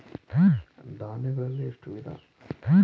ಧಾನ್ಯಗಳಲ್ಲಿ ಎಷ್ಟು ವಿಧ?